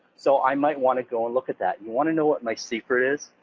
so i might want to go and look at that. you want to know what my secret is?